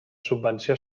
subvenció